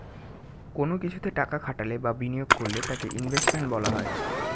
কোন কিছুতে টাকা খাটালে বা বিনিয়োগ করলে তাকে ইনভেস্টমেন্ট বলা হয়